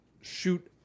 shoot